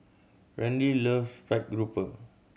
Randy loves fried grouper